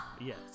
Yes